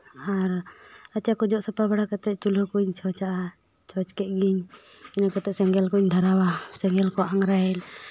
ᱟᱨ ᱨᱟᱪᱟ ᱠᱚ ᱡᱚᱜ ᱥᱟᱯᱷᱟ ᱵᱟᱲᱟ ᱠᱟᱛᱮ ᱪᱩᱞᱦᱟᱹ ᱠᱚᱹᱧ ᱪᱷᱚᱸᱪ ᱟᱜᱼᱟ ᱪᱷᱚᱸᱪ ᱠᱮᱜ ᱜᱤᱧ ᱤᱱᱟᱹ ᱠᱟᱛᱮᱜ ᱥᱮᱸᱜᱮᱞ ᱠᱚᱧ ᱫᱷᱚᱨᱟᱣᱟ ᱥᱮᱸᱜᱮᱞ ᱠᱚ ᱟᱸᱜᱽᱨᱟᱭᱮᱱ